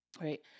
right